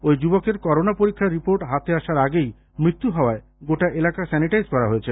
ওই যুবকের করোনা পরীক্ষার রিপোর্ট হাতে আসার আগেই মৃত্যু হওয়ায় গোটা এলাকা স্যানিটাইজ করা হয়েছে